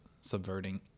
subverting